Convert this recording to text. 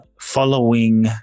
following